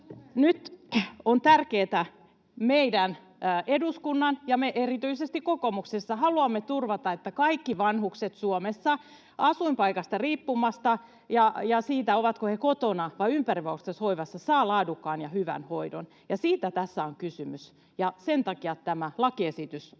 Nyt on tärkeätä meidän eduskunnan haluta ja me erityisesti kokoomuksessa haluamme turvata, että kaikki vanhukset Suomessa riippumatta asuinpaikasta ja siitä, ovatko he kotona vai ympärivuorokautisessa vanhustenhoivassa, saavat laadukkaan ja hyvän hoidon. Siitä tässä on kysymys, ja sen takia tämä lakiesitys on